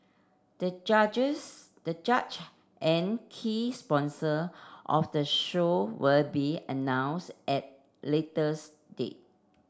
the judges the judge and key sponsor of the show will be announce at later date